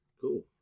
Cool